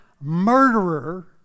murderer